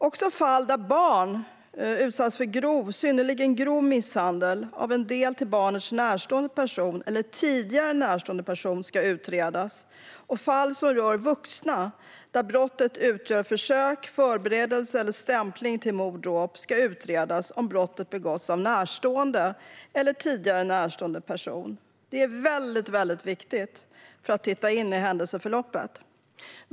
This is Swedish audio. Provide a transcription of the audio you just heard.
Också fall där barn utsatts för synnerligen grov misshandel av en till barnet närstående person eller tidigare närstående person ska utredas. Fall som rör vuxna där brottet utgör försök, förberedelse eller stämpling till mord eller dråp ska utredas om brottet begåtts av närstående eller tidigare närstående person. Det är väldigt viktigt för att se händelseförloppet.